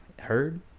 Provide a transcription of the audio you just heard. Heard